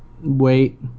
Wait